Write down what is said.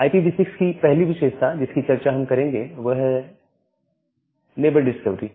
IPv6 की पहली विशेषता जिसकी हम चर्चा करेंगे पहले वह है नेबर डिस्कवरी